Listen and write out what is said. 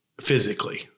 physically